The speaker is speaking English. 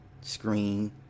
screen